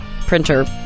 printer